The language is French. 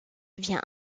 vient